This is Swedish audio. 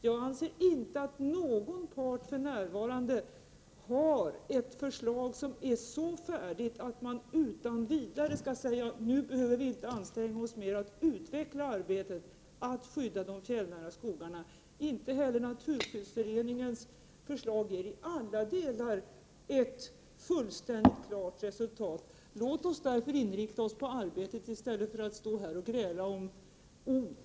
Jag anser inte att någon part för närvarande har ett förslag som är så färdigt att man utan vidare kan säga att vi nu inte längre behöver anstränga oss att utveckla arbetet med att skydda de fjällnära skogarna. Naturskyddsföreningens förslag ger inte heller i alla delar ett fullständigt klart resultat. Låt oss därför inrikta oss på arbetet, i stället för att stå här och gräla om ord.